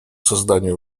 создание